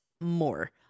more